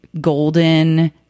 golden